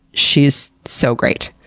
she's so great.